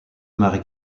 marie